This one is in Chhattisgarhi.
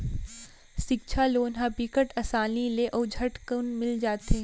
सिक्छा लोन ह बिकट असानी ले अउ झटकुन मिल जाथे